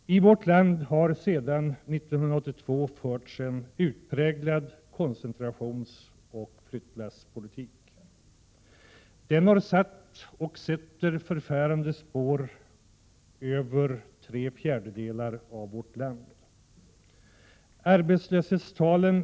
I vårt land har sedan 1982 förts en utpräglad koncentrationsoch flyttlasspolitik. Den har satt, och sätter, förfärande spår över tre fjärdedelar av vårt land. Arbetslöshetstalen i Prot.